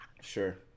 Sure